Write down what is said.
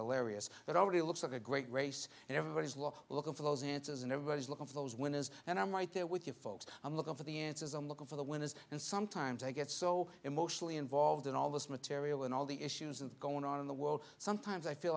hilarious it already looks like a great race and everybody's law looking for those answers and everybody's looking for those when is and i'm right there with you folks i'm looking for the answers i'm looking for the winners and sometimes i get so emotionally involved in all this material and all the issues that going on in the world sometimes i feel